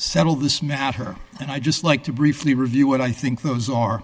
settle this matter and i'd just like to briefly review what i think those are